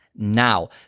now